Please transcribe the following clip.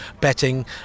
betting